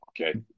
Okay